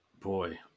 boy